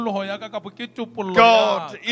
God